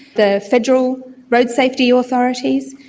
the federal road safety authorities.